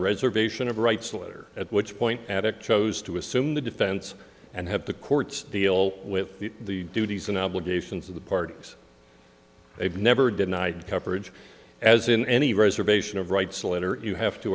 reservation of rights a letter at which point addict chose to assume the defense and have the courts deal with the duties and obligations of the parties they've never denied coverage as in any reservation of writes a letter you have to